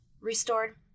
Restored